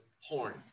horn